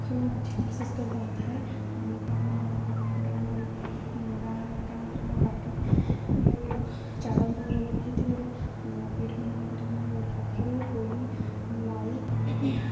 କଖାରୁ ମଧ୍ୟ ବିଶେଷକାର ରହିଥାଏ କାରଣ କଖାରୁଟା ଆମ ଗାଁ ଗାଉଁଲିରେ ଆମ ବାଡ଼ି ଆଉ ଚାଳ ଘର ରହିଥିବାରୁ ପିଢ଼ାମାନଙ୍କରେ ଆମେ କଖାରୁ ପୋଇ ଲାଉ